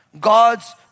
God's